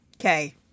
Okay